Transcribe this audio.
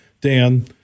Dan